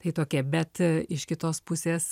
tai tokia bet iš kitos pusės